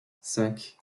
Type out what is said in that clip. cinq